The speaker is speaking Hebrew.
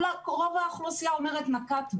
רוב האוכלוסייה אומרת 'נקט ב-',